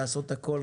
לעשות הכול,